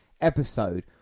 episode